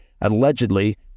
allegedly